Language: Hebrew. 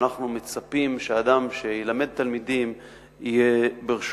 שאנחנו מצפים שיהיה ברשותו